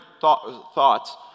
thoughts